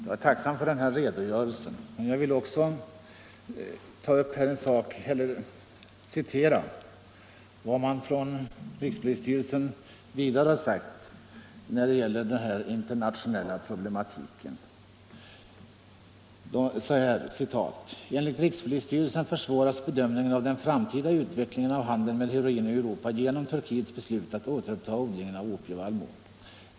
Jag är tacksam för den redogörelse som socialministern gav, men jag vill också återge vad rikspolisstyrelsen har uttalat om den internationella problematiken — jag citerar ur propositionen 69 i år: ”Enligt rikspolisstyrelsen försvåras bedömningen av den framtida utvecklingen av handeln med heroin i Europa genom Turkiets beslut att återuppta odlingen av opievallmo.